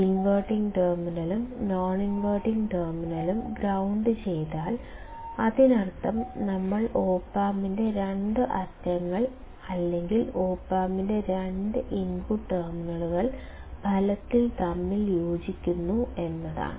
inverting ടെർമിനലും നോൺഇൻവർട്ടിംഗും ടെർമിനലും ഗ്രൌണ്ട് ചെയ്താൽ അതിനർത്ഥം നമ്മൾ ഒപ് ആമ്പിൻറെ രണ്ട് അറ്റങ്ങൾ അല്ലെങ്കിൽ ഒപ് ആമ്പിൻറെ രണ്ട് ഇൻപുട്ട് ടെർമിനലുകൾ ഫലത്തിൽ തമ്മിൽ യോജിക്കുന്നു എന്നതാണ്